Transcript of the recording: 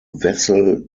wessel